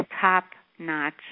top-notch